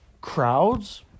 crowds